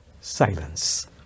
silence